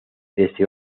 desde